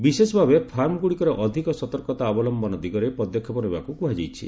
ବିଶେଷଭାବେ ଫାର୍ମଗୁଡ଼ିକରେ ଅଧିକ ସତର୍କତା ଅବଲମ୍ବନ ଦିଗରେ ପଦକ୍ଷେପ ନେବାକୁ କୁହାଯାଇଛି